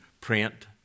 print